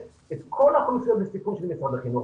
את כל האוכלוסיות בסיכון של משרד החינוך.